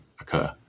occur